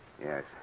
Yes